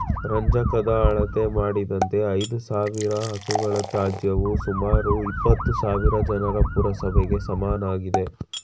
ರಂಜಕದ ಅಳತೆ ಮಾಡಿದಂತೆ ಐದುಸಾವಿರ ಹಸುಗಳ ತ್ಯಾಜ್ಯವು ಸುಮಾರು ಎಪ್ಪತ್ತುಸಾವಿರ ಜನರ ಪುರಸಭೆಗೆ ಸಮನಾಗಿದೆ